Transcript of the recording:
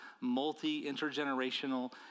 multi-intergenerational